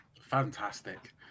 Fantastic